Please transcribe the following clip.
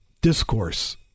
discourse